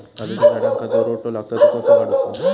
काजूच्या झाडांका जो रोटो लागता तो कसो काडुचो?